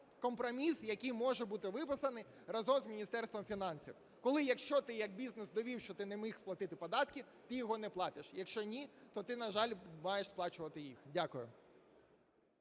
компроміс, який може бути виписаний разом з Міністерством фінансів. Коли, якщо ти як бізнес довів, що ти не міг сплатити податки, ти його не платиш, якщо ні, то ти, на жаль, маєш сплачувати їх. Дякую.